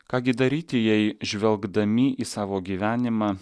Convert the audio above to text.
ką gi daryti jei žvelgdami į savo gyvenimą